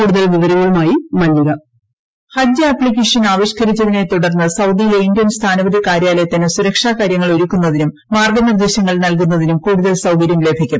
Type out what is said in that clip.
കൂടുതൽ വവരങ്ങളുമായി മു വോയിസ് ഹജ്ജ് ആപ്തിക്കേഷൻ ആവിഷ്ക്കരിച്ചതിനെ തുടർന്ന് സൌദിയിലെ ഇന്ത്യൻ സ്ഥാനപതി കാര്യാലയത്തിന് സുരക്ഷാ കാര്യങ്ങൾ ഒരുക്കുന്നതിനും മാർഗ്ഗനിർദ്ദേശങ്ങൾ നൽകുന്നതിനും കൂടുതൽ സൌകര്യം ലഭിക്കും